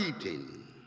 eating